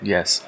Yes